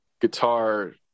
guitar